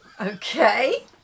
okay